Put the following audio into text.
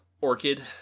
Orchid